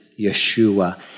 Yeshua